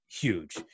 huge